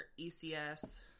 ECS